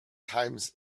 times